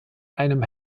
einem